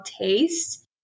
taste